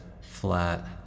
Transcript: flat